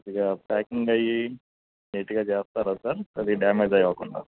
కొద్దిగా ప్యాకింగ్ అయి నీట్గా చేస్తారా సార్ కొద్దిగా డ్యామేజ్ అయి అవకుండా